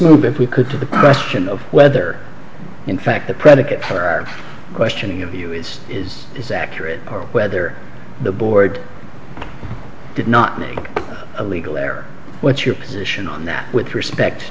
move if we could to the question of whether in fact the predicate her questioning of you is is is accurate or whether the board did not make a legal error what's your position on that with respect